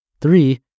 Three